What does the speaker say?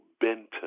Benton